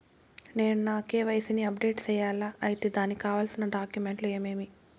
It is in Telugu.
నేను నా కె.వై.సి ని అప్డేట్ సేయాలా? అయితే దానికి కావాల్సిన డాక్యుమెంట్లు ఏమేమీ?